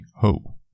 ho